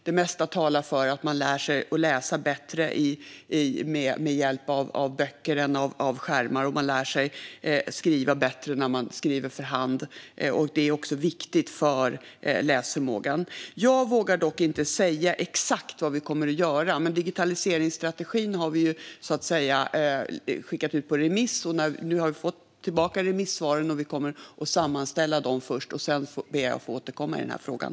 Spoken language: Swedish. Det mesta talar för att man lär sig att läsa bättre med hjälp av böcker än med hjälp av skärmar, och man lär sig att skriva bättre när man skriver för hand. Det är också viktigt för läsförmågan. Jag vågar dock inte säga exakt vad vi kommer att göra, men digitaliseringsstrategin har vi ju skickat ut på remiss. Nu har vi fått tillbaka remissvaren, och vi kommer att sammanställa dem först. Sedan ber jag att få återkomma i den här frågan.